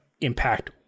impact